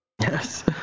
Yes